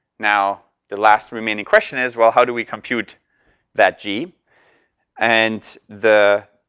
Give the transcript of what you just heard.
now the last remaining question is well, how do we compute that g and the